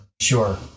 Sure